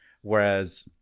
whereas